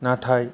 नाथाय